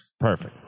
Perfect